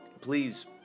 Please